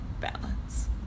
balance